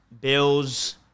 Bills